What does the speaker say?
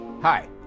Hi